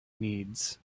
needs